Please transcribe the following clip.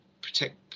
protect